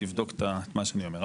תבדוק את מה שאני אומר,